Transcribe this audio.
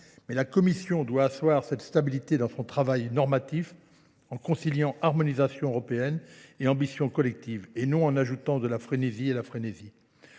Mais la Commission doit asseoir cette stabilité dans son travail normatif en conciliant harmonisation européenne et ambition collective, et non en ajoutant de la frénésie à la frénésie.